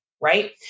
right